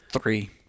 Three